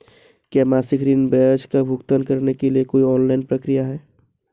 क्या मासिक ऋण ब्याज का भुगतान करने के लिए कोई ऑनलाइन प्रक्रिया है?